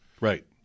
Right